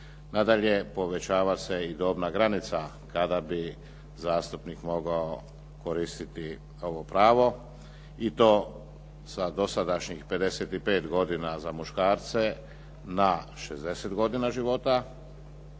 Nadalje, povećava se i dobna granica kada bi zastupnik mogao koristiti ovo pravo i to sa dosadašnjih 55 godina za muškarce na 60 godina života,